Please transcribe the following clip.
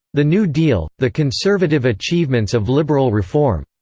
the new deal the conservative achievements of liberal reform.